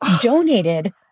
donated